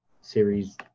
Series